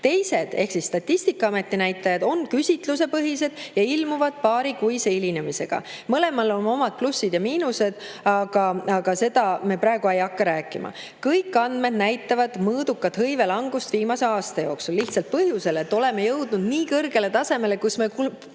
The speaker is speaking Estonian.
Teised ehk siis Statistikaameti näitajad on küsitlusepõhised ja ilmuvad paarikuise hilinemisega. Mõlemal on omad plussid ja miinused, aga seda ma praegu ei hakka rääkima. Kõik andmed näitavad mõõdukat hõive langust viimase aasta jooksul lihtsalt põhjusel, et oleme jõudnud nii kõrgele tasemele, kus me